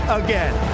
again